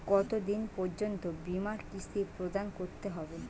কতো দিন পর্যন্ত বিমার কিস্তি প্রদান করতে হবে?